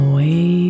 Away